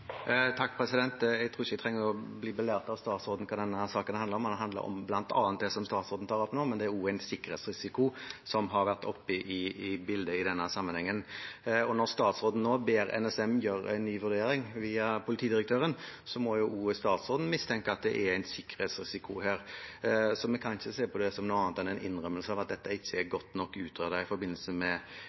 Jeg tror ikke jeg trenger å bli belært av statsråden om hva denne saken handler om. Den handler bl.a. om det statsråden tar opp nå, men det er også en sikkerhetsrisiko som har vært oppe i bildet i denne sammenhengen. Når statsråden nå ber NSM gjøre en ny vurdering, via politidirektøren, må også statsråden mistenke at det er en sikkerhetsrisiko her. Vi kan ikke se på det som noe annet enn en innrømmelse av at dette ikke er godt nok utredet i forbindelse med